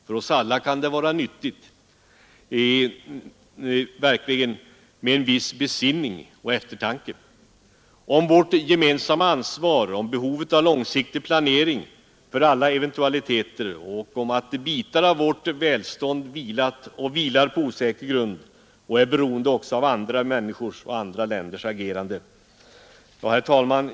För oss alla kan det verkligen vara nyttigt med en viss besinning och eftertanke om vårt gemensamma ansvar, om behovet av långsiktig planering för alla eventualiteter, om att bitar av vårt välstånd vilar på osäker grund och också är beroende av andra människors och andra länders agerande. Herr talman!